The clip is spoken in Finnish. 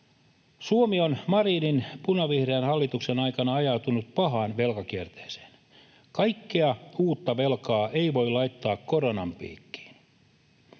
Suomi on Marinin punavihreän hallituksen aikana ajautunut pahaan velkakierteeseen. Kaikkea uutta velkaa ei voi laittaa koronan piikkiin.